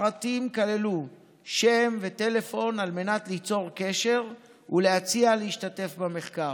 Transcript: הפרטים כללו שם וטלפון על מנת ליצור קשר ולהציע להשתתף במחקר.